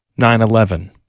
9-11